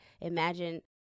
imagine